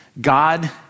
God